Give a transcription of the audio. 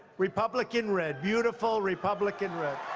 republican red. beautiful republican red.